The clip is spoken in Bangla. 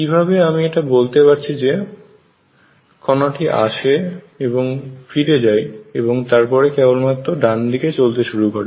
কিভাবে আমি এটা বলতে পারছি যে কনাটি আসে এবং ফিরে যায় এবং তারপরে কেবলমাত্র ডান দিকে চলতে শুরু করে